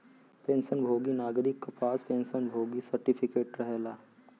pension भोगी नागरिक क पास पेंशन भोगी सर्टिफिकेट रहेला